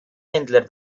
händler